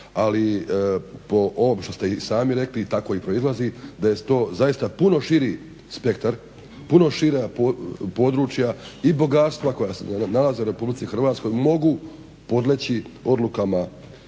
ali po ovom što ste i sami rekli tako i proizlazi, da je to zaista puno širi spektar, puno šira područja. I bogatstva koja se nalaze u Republici Hrvatskoj mogu podleći odlukama